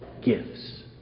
gifts